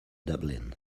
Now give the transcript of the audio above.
dublin